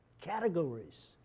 categories